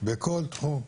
וכל תחום,